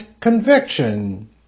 conviction